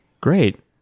Great